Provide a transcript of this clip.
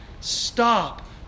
Stop